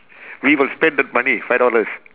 we will spend the money five dollars